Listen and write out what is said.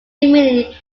meaning